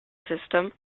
system